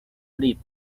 leapt